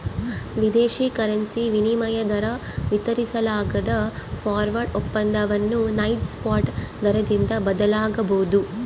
ವಿದೇಶಿ ಕರೆನ್ಸಿ ವಿನಿಮಯ ದರ ವಿತರಿಸಲಾಗದ ಫಾರ್ವರ್ಡ್ ಒಪ್ಪಂದವನ್ನು ನೈಜ ಸ್ಪಾಟ್ ದರದಿಂದ ಬದಲಾಗಬೊದು